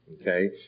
Okay